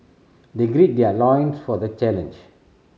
they gird their loins for the challenge